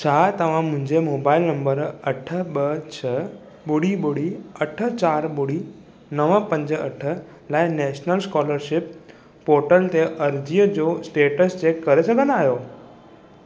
छा तव्हां मुंहिंजे मोबाइल नंबर अठ ॿ छह ॿुड़ी ॿुड़ी अठ चारि ॿुड़ी नवं पंज अठ लाइ नैशनल स्कोलरशिप पोर्टल ते अर्ज़ीअ जो स्टेटस चेक करे सघंदा आहियो